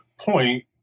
point